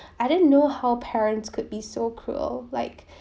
I didn't know how parents could be so cruel like